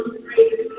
great